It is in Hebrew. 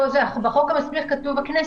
בחוק המסמיך כתוב "הכנסת"